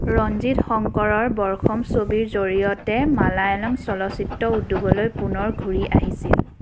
ৰঞ্জিৎ শঙ্কৰৰ বৰ্ষম ছবিৰ জৰিয়তে মালায়ালাম চলচ্চিত্ৰ উদ্যোগলৈ পুনৰ ঘূৰি আহিছিল